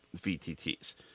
vtt's